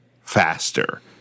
faster